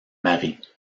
marie